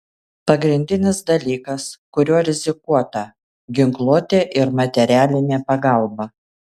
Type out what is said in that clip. pagrindinis dalykas kuriuo rizikuota ginkluotė ir materialinė pagalba